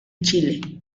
chile